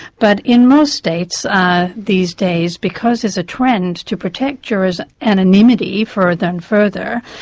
but in most states these days, because there's a trend to protect jurors' anonymity further and further,